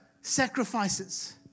sacrifices